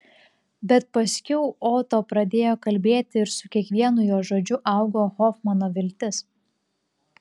bet paskiau oto pradėjo kalbėti ir su kiekvienu jo žodžiu augo hofmano viltis